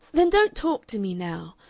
then don't talk to me now.